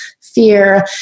fear